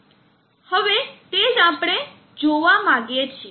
હવે તે જ આપણે જોવા માંગીએ છીએ